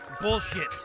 Bullshit